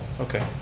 okay,